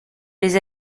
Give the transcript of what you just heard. les